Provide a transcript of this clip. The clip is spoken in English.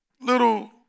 little